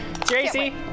Tracy